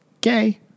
Gay